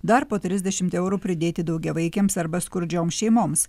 dar po trisdešim eurų pridėti daugiavaikėms arba skurdžioms šeimoms